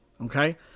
okay